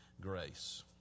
grace